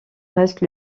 reste